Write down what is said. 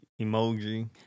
emoji